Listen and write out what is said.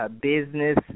business